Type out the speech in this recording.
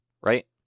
right